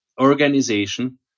organization